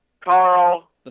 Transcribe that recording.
Carl